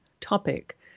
topic